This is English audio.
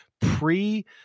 pre